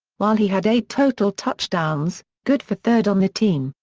while he had eight total touchdowns, good for third on the team,